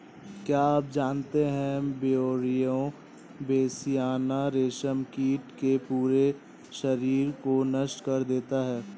क्या आप जानते है ब्यूवेरिया बेसियाना, रेशम कीट के पूरे शरीर को नष्ट कर देता है